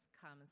comes